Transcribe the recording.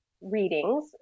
readings